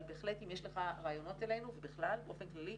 בהחלט אם יש לך רעיונות אלינו ובכלל באופן כללי,